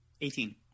Eighteen